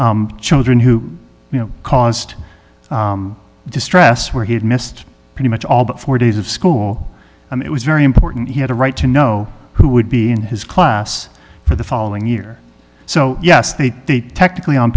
with children who you know caused distress where he had missed pretty much all but four days of school it was very important he had a right to know who would be in his class for the following year so yes they technically on